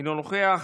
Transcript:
אינו נוכח,